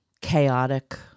chaotic